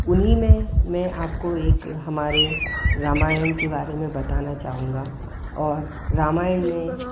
उन्हीं में मैं आपको एक हमारे रामायण के बारे में बताना चाहूँगा और रामायण में